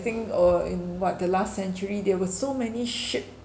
think uh in what the last century there were so many ship